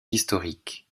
historiques